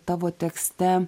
tavo tekste